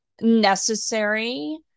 necessary